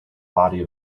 body